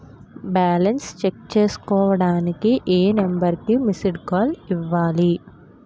Balance check చేసుకోవటానికి ఏ number కి మిస్డ్ కాల్ ఇవ్వాలి?